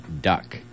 Duck